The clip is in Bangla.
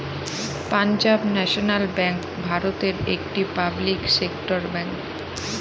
পাঞ্জাব ন্যাশনাল ব্যাঙ্ক ভারতের একটি পাবলিক সেক্টর ব্যাঙ্ক